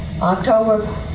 October